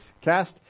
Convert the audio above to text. cast